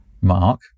Mark